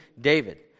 David